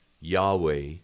Yahweh